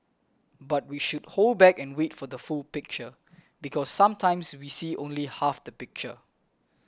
but we should hold back and wait for the full picture because sometimes we see only half the picture